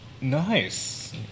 Nice